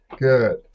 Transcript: Good